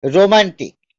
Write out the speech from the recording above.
romantic